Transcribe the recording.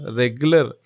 regular